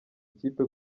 ikipe